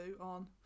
on